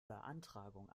beantragung